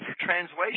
translation